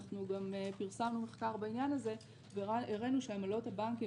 גם פרסמנו מחקר בעניין הזה והראינו שעמלות הבנקים